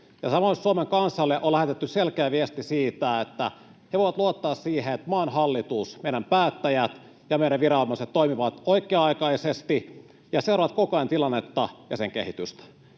Samoin Suomen kansalle on lähetetty selkeä viesti siitä, että he voivat luottaa siihen, että maan hallitus, meidän päättäjät ja meidän viranomaiset toimivat oikea-aikaisesti ja seuraavat koko ajan tilannetta ja sen kehitystä.